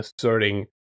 asserting